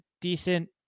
decent